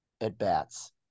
at-bats